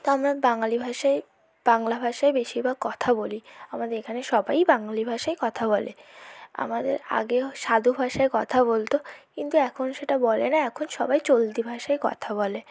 তা আমরা বাঙালি ভাষায় বাংলা ভাষায় বেশিরভাগ কথা বলি আমাদের এখানে সবাই বাঙলা ভাষায় কথা বলে আমাদের আগে সাধু ভাষায় কথা বলত কিন্তু এখন সেটা বলে না এখন সবাই চলতি ভাষায় কথা বলে